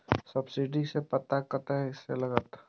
Subsidy के पता कतय से लागत?